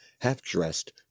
half-dressed